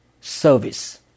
service